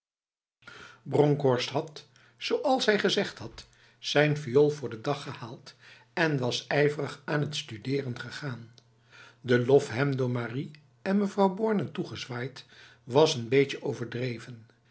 bronkhorst had zoals hij gezegd had zijn viool voor den dag gehaald en was ijverig aan het studeren gegaan de lof hem door marie en mevrouw borne toegezwaaid was n beetje overdreven